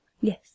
Yes